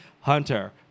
Hunter